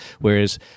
Whereas